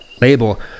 label